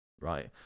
right